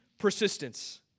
persistence